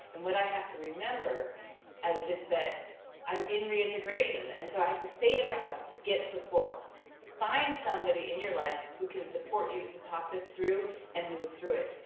and what i have to remember is that i'm in reintegration, and so i have to say to myself, get support. find somebody in your life who can support you to talk this through and move through it.